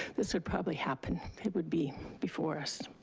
this would probably happen. it would be before us.